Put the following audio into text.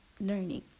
learning